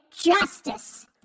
justice